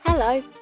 Hello